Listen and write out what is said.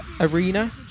arena